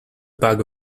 bag